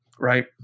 right